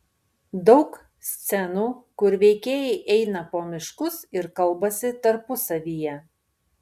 daug scenų kur veikėjai eina po miškus ir kalbasi tarpusavyje